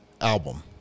album